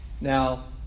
Now